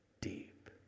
deep